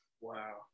Wow